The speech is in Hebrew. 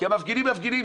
כי המפגינים מפגינים,